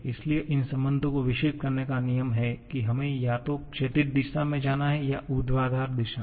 इसलिए इन संबंधों को विकसित करने का नियम है कि हमें या तो क्षैतिज दिशा में जाना है या ऊर्ध्वाधर दिशा में